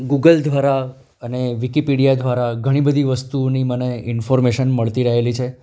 Google દ્વારા અને Wikipedia દ્વારા ઘણીબધી વસ્તુની મને ઇન્ફોર્મેશન મળતી રહેલી છે